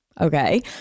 Okay